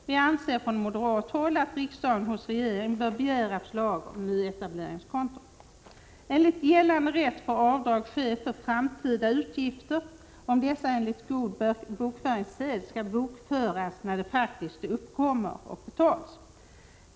Vi anser från moderat håll att riksdagen hos regeringen bör begära förslag om nyetableringskonton. Enligt gällande rätt får avdrag ske för framtida utgifter om dessa enligt god bokföringssed skall bokföras när de faktiskt uppkommer och betalas.